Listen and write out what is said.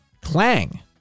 clang